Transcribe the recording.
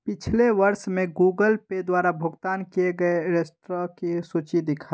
पिछले वर्ष में गूगल पे द्वारा भुगतान किए गए रेस्तराँ की सूची